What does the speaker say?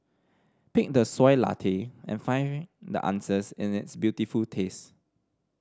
pick the Soy Latte and find the answers in its beautiful taste